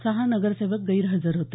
सहा नगरसेवक गैरहजर होते